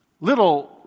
little